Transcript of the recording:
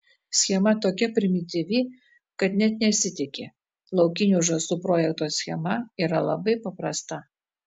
schema tokia primityvi kad net nesitiki laukinių žąsų projekto schema yra labai paprasta